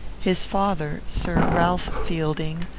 his father, sir ralph fielding,